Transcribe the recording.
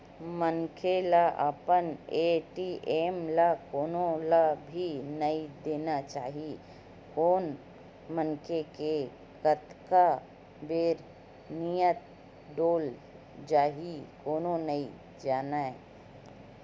मनखे ल अपन ए.टी.एम ल कोनो ल भी नइ देना चाही कोन मनखे के कतका बेर नियत डोल जाही कोनो नइ जानय